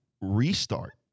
restart